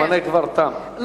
זמנך כבר תם.